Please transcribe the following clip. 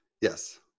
Yes